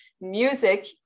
music